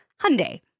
Hyundai